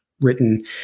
written